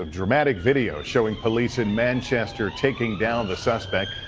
ah dramatic video showing police in manchester taking down the suspect.